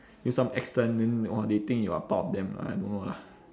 use some accent then they !wah! they think you are part of them lah I don't know lah